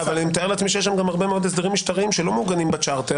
אני מתאר לעצמי שיש שם גם הרבה מאוד הסדרים משטריים שלא מעוגנים בצ'רטר.